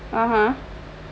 (uh huh)